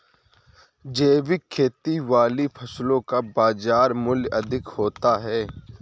जैविक खेती वाली फसलों का बाज़ार मूल्य अधिक होता है